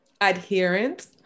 adherent